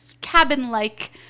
cabin-like